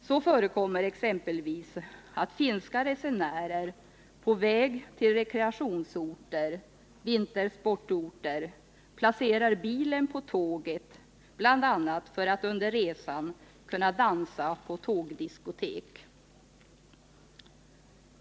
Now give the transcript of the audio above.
Det förekommer t.ex. att finska resenärer på väg till rekreationsoch vintersportorter placerar bilen på tåget för att bl.a. under resan kunna dansa på tågdiskotek.